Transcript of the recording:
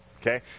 Okay